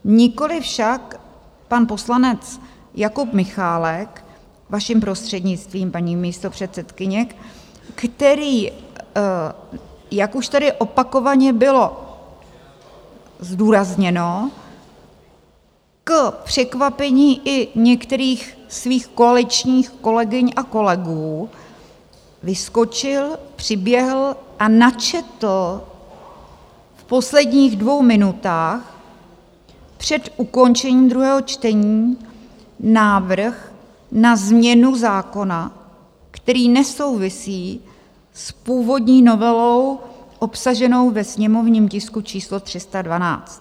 Nikoliv však pan poslanec Jakub Michálek, vaším prostřednictvím, paní místopředsedkyně, který, jak už tady opakovaně bylo zdůrazněno, k překvapení i některých svých koaličních kolegyň a kolegů vyskočil, přiběhl a načetl v posledních dvou minutách před ukončením druhého čtení návrh na změnu zákona, který nesouvisí s původní novelou obsaženou ve sněmovním tisku číslo 312.